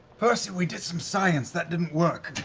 percy, we did some science! that didn't work.